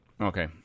Okay